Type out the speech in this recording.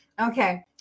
Okay